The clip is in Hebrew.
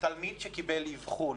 תלמיד שקיבל אבחון